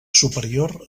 superior